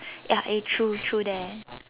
ya eh true true that